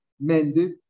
mended